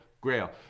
grail